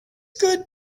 good